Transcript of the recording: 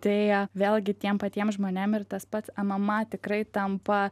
tai vėlgi tiem patiem žmonėm ir tas pats mma tikrai tampa